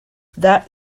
that